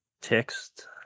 text